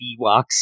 Ewoks